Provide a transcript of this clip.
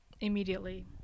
immediately